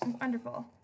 Wonderful